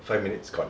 five minutes gone